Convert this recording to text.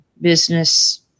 business